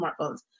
smartphones